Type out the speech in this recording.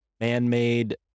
man-made